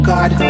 God